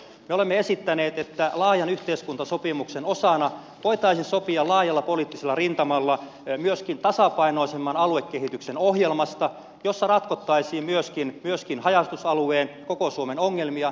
me olemme esittäneet että laajan yhteiskuntasopimuksen osana voitaisiin sopia laajalla poliittisella rintamalla myöskin tasapainoisemman aluekehityksen ohjelmasta jossa ratkottaisiin myöskin haja asutusalueiden ja koko suomen ongelmia